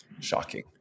Shocking